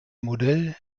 modell